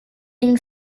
une